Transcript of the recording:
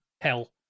hell